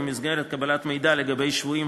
או במסגרת קבלת מידע לגבי שבויים,